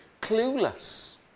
Clueless